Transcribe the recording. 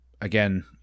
Again